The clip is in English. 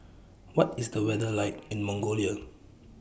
What IS The weather like in Mongolia